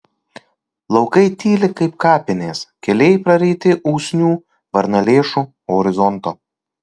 laukai tyli kaip kapinės keliai praryti usnių varnalėšų horizonto